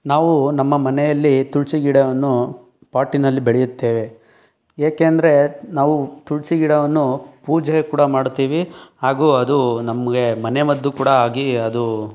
ನಾವು ನಮ್ಮ ಮನೆಯಲ್ಲಿ ತುಳಸಿ ಗಿಡವನ್ನು ಪಾಟಿನಲ್ಲಿ ಬೆಳೆಯುತ್ತೇವೆ ಏಕೆಂದರೆ ನಾವು ತುಳಸಿ ಗಿಡವನ್ನು ಪೂಜೆ ಕೂಡ ಮಾಡ್ತೀವಿ ಹಾಗೂ ಅದು ನಮಗೆ ಮನೆಮದ್ದು ಕೂಡ ಆಗಿ ಅದು